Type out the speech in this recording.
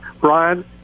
Ryan